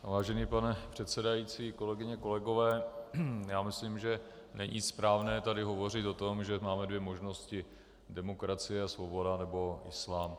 Vážený pane předsedající, kolegyně, kolegové, já myslím, že není správné tady hovořit o tom, že máme dvě možnosti demokracie a svoboda, nebo islám.